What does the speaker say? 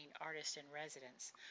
Artist-in-Residence